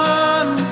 one